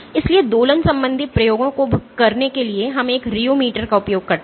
इसलिए दोलन संबंधी प्रयोगों को करने के लिए हम एक रियोमीटर का उपयोग करते हैं